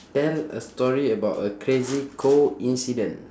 tell a story about a crazy coincidence